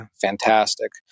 fantastic